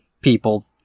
people